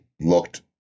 looked